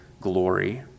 glory